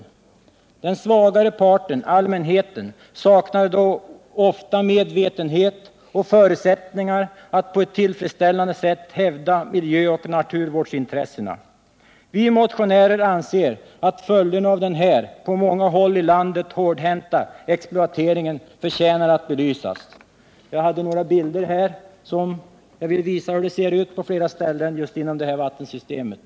Den svagare parten, allmänheten, saknade då ofta medvetenhet och förutsättningar att på ett tillfredsställande sätt hävda miljöoch Vi motionärer anser att följderna av den här, på många håll i landet, hårdhänta exploateringen förtjänar att belysas. Jag visar nu några bilder, av vilka det framgår hur det ser ut på flera ställen just inom det här vattensystemet.